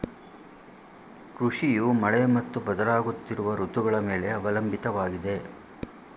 ಕೃಷಿಯು ಮಳೆ ಮತ್ತು ಬದಲಾಗುತ್ತಿರುವ ಋತುಗಳ ಮೇಲೆ ಅವಲಂಬಿತವಾಗಿದೆ